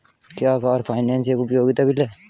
क्या car finance एक उपयोगिता बिल है?